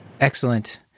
excellent